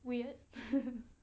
weird